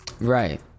Right